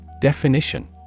Definition